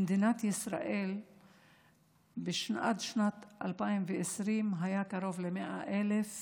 במדינת ישראל עד שנת 2020 היו קרוב ל-100,000